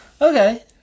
Okay